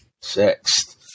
Sixth